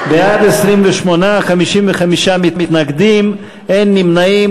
בעד, 28, 55 מתנגדים, אין נמנעים.